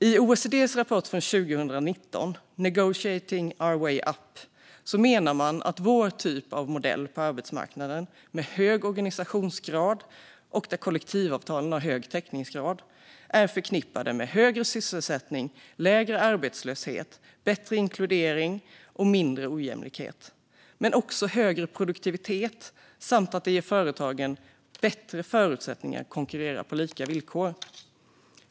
I OECD:s rapport Negotiating O ur W ay U p från 2019 menar man att vår typ av modell på arbetsmarknaden, med hög organisationsgrad och där kollektivavtalen har hög täckningsgrad, är förknippad med högre sysselsättning, lägre arbetslöshet, bättre inkludering och mindre ojämlikhet men också högre produktivitet. Den ger även företagen bättre förutsättningar att konkurrera på lika villkor.